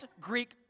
Greek